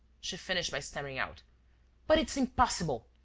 she finished by stammering out but it's impossible!